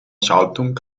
schaltung